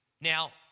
Now